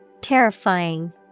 Terrifying